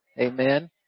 amen